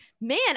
man